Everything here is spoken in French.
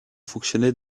fonctionner